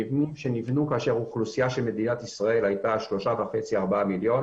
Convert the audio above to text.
נבנו כאשר האוכלוסייה של מדינת ישראל הייתה 3.5-4 מיליון.